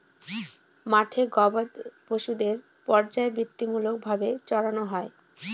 মাঠে গোবাদি পশুদের পর্যায়বৃত্তিমূলক ভাবে চড়ানো হয়